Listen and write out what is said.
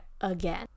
again